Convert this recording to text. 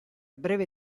breve